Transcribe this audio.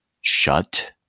Shut